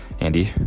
Andy